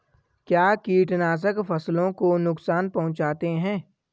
क्या कीटनाशक फसलों को नुकसान पहुँचाते हैं?